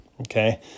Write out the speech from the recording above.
Okay